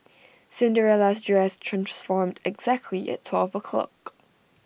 Cinderella's dress transformed exactly at twelve o'clock